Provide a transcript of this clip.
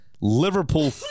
Liverpool